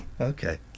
Okay